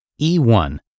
E1